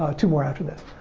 ah two more after this.